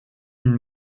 une